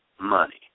Money